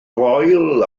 foel